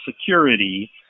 security